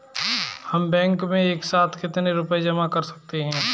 हम बैंक में एक साथ कितना रुपया जमा कर सकते हैं?